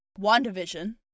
WandaVision